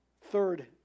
third